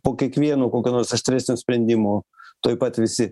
po kiekvieno kokio nors aštresnio sprendimo tuoj pat visi